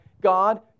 God